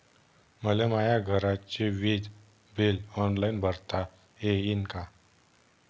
मले माया घरचे विज बिल ऑनलाईन भरता येईन का?